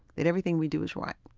that everything we do is right.